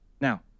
Now